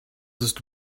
ist